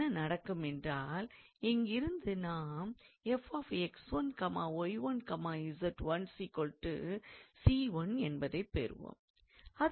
என்ன நடக்குமென்றால் இங்கிருந்து நாம் 𝑓𝑥1𝑦1𝑧1 𝑐1 என்பதைப் பெறுவோம்